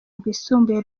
rwisumbuye